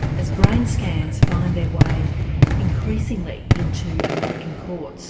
as brain scans find their way increasingly into american courts